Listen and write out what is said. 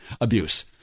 abuse